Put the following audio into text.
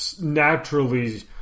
naturally